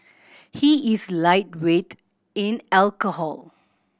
he is lightweight in alcohol